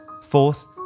Fourth